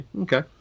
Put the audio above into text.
Okay